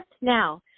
now